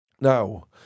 Now